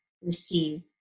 receive